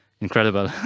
incredible